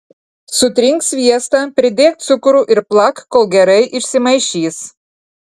sutrink sviestą pridėk cukrų ir plak kol gerai išsimaišys